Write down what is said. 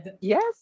Yes